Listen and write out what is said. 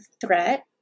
threat